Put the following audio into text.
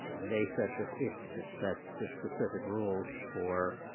ah they set this it sets the specific rules for